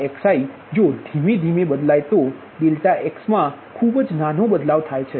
∆xi જો ધીમે ધીમે બદલાય તો Δxમા ખૂબ જ નાનો બદલાવ થાય છે